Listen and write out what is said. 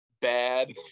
bad